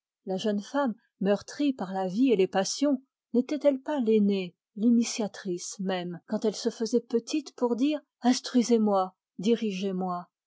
la jeune femme meurtrie par la vie et les passions n'était-elle pas l'aînée l'initiatrice même quand elle se faisait petite pour dire instruisez-moi dirigezmoi